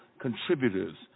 contributors